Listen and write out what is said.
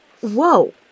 Whoa